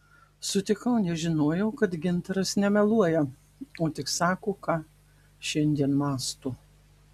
sutikau nes žinojau kad gintaras nemeluoja o tik sako ką šiandien mąsto